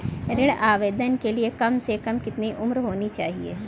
ऋण आवेदन के लिए कम से कम कितनी उम्र होनी चाहिए?